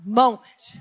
moment